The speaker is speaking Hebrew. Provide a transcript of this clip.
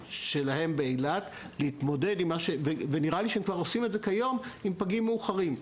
שלהם באילת להתמודד עם פגים מאוחרים,